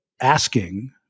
asking